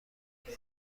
میده